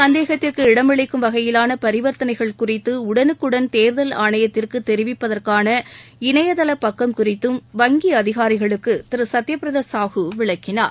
சந்தேகத்திற்கு இடம் அளிக்கும் வகையிலான பரிவர்த்தனைகள் குறித்து உடனுக்குடன் தேர்தல் ஆணையத்திற்கு தெரிவிப்பதற்கான இணைய தள பக்கம் குறித்தும் வங்கி அதிகாரிகளுக்கு திரு சத்யபிரதா சாஹூ விளக்கினார்